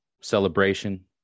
celebration